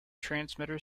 transmitter